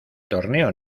torneo